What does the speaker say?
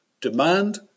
Demand